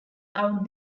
out